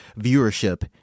viewership